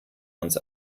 uns